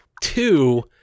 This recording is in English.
Two